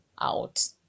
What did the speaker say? out